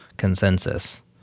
consensus